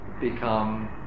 become